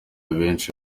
benshi